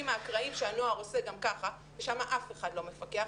אקראיים שהנוער עושה ושם אף אחד לא מפקח.